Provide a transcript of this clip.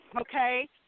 okay